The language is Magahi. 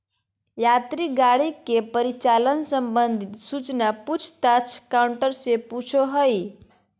यात्री गाड़ी के परिचालन संबंधित सूचना पूछ ताछ काउंटर से पूछो हइ